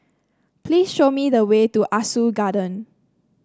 please show me the way to Ah Soo Garden